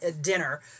dinner